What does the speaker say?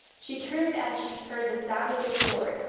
she turned as she heard the sound of his sword,